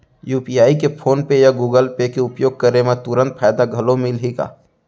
UPI के PhonePe या Google Pay के उपयोग करे म तुरंत फायदा घलो मिलही का?